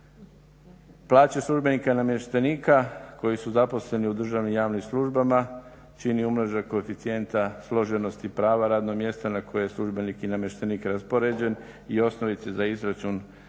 Plaće službenika i namještenika koji su zaposleni u državnim i javnim službama čini umnožak koeficijenta složenosti prava radnog mjesta na koje je službenik i namještenik raspoređen i osnovice za izračun plaće